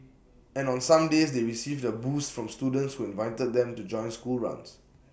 and on some days they received A boost from students who invited them to join school runs